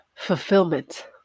fulfillment